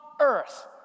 earth